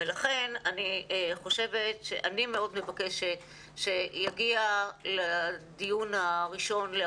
לכן אני מבקשת מאוד שיגיע לדיון הראשון בנושא